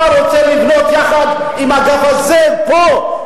אתה רוצה לבנות יחד עם האגף הזה פה,